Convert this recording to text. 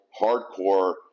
hardcore